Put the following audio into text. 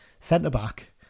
centre-back